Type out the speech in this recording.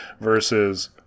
versus